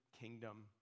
kingdom